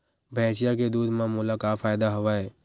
भैंसिया के दूध म मोला का फ़ायदा हवय?